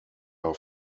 are